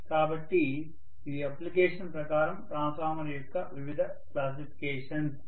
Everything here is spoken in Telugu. కాబట్టి ఇవి అప్లికేషన్ ప్రకారం ట్రాన్స్ఫార్మర్ యొక్క వివిధ క్లాసిఫికేషన్స్